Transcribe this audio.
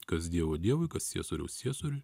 kas dievo dievui kas ciesoriaus ciesoriui